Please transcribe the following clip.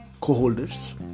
co-holders